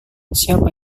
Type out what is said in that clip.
siapa